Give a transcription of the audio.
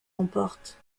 emporte